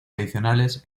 adicionales